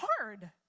hard